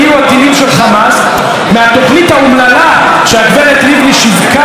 הטילים של חמאס מהתוכנית האומללה שהגברת לבני שיווקה,